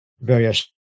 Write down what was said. various